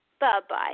Bye-bye